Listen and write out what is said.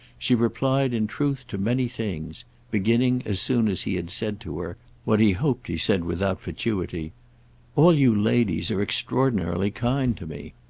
she replied in truth to many things beginning as soon as he had said to her what he hoped he said without fatuity all you ladies are extraordinarily kind to me.